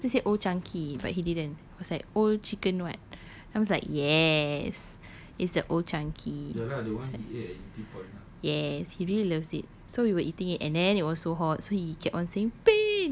he wanted to say old chang kee but he didn't was like old chicken what I was like yes it's the old chang kee it's like yes he really loves it so we were eating it and then it was so hot so he kept on saying